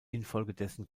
infolgedessen